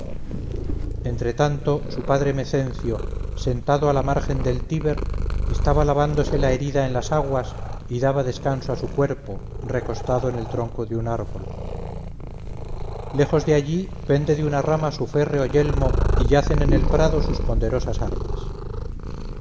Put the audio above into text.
entre tanto su padre mecencio sentado a la margen del tíber estaba lavándose la herida en las aguas y daba descanso a su cuerpo recostado en el tronco de un árbol lejos de allí pende de una rama su férreo yelmo y yacen en el prado sus ponderosas armas